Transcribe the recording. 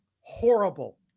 horrible